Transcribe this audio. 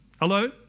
Hello